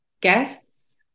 guests